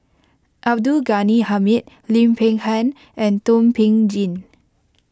Abdul Ghani Hamid Lim Peng Han and Thum Ping Tjin